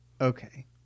Okay